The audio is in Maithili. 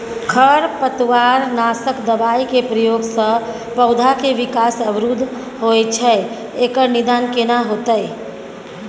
खरपतवार नासक दबाय के प्रयोग स पौधा के विकास अवरुध होय छैय एकर निदान केना होतय?